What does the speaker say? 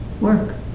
work